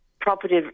property